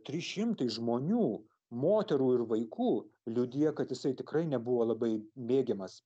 trys šimtai žmonių moterų ir vaikų liudija kad jisai tikrai nebuvo labai mėgiamas